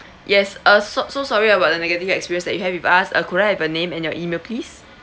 yes uh so so sorry about the negative experience that you have with us uh could I have your name and your email please